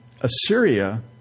Assyria